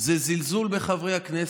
כל חברי הכנסת,